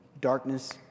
darkness